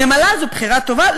נמלה זו בחירה טובה.